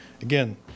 Again